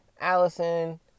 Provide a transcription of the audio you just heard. Allison